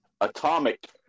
Atomic